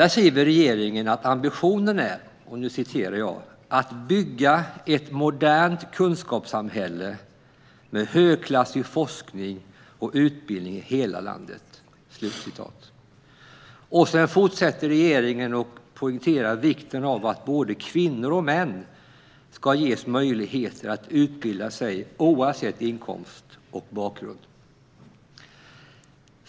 Regeringen skriver att ambitionen är "att bygga ett modernt kunskapssamhälle med högklassig forskning och utbildning i hela landet". Sedan fortsätter regeringen med att poängtera vikten av att både kvinnor och män ska ges möjligheter "att utbilda sig oavsett inkomst och bakgrund".